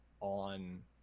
on